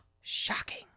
Shocking